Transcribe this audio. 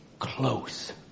Close